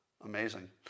Amazing